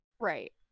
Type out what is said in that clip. Right